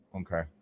Okay